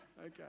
Okay